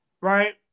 right